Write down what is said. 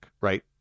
right